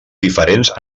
diferents